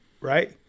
right